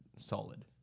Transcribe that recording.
solid